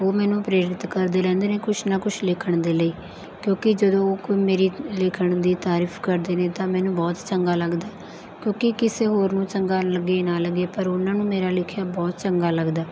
ਉਹ ਮੈਨੂੰ ਪ੍ਰੇਰਿਤ ਕਰਦੇ ਰਹਿੰਦੇ ਨੇ ਕੁਛ ਨਾ ਕੁਛ ਲਿਖਣ ਦੇ ਲਈ ਕਿਉਂਕਿ ਜਦੋਂ ਉਹ ਕੋਈ ਮੇਰੀ ਲੇਖਣ ਦੀ ਤਾਰੀਫ਼ ਕਰਦੇ ਨੇ ਤਾਂ ਮੈਨੂੰ ਬਹੁਤ ਚੰਗਾ ਲੱਗਦਾ ਕਿਉਂਕਿ ਕਿਸੇ ਹੋਰ ਨੂੰ ਚੰਗਾ ਲੱਗੇ ਨਾ ਲੱਗੇ ਪਰ ਉਨ੍ਹਾਂ ਨੂੰ ਮੇਰਾ ਲਿਖਿਆ ਬਹੁਤ ਚੰਗਾ ਲੱਗਦਾ ਹੈ